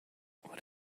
what